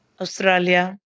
Australia